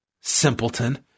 Simpleton